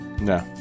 No